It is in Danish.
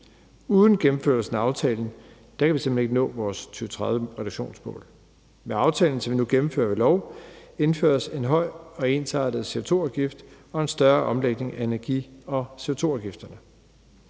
Uden gennemførelsen af aftalen kan vi simpelt hen ikke nå vores 2030-reduktionsmål. Med aftalen, som vi nu gennemfører ved lov, indføres en høj og ensartet CO2-afgift og en større omlægning af energi- og CO2-afgifterne.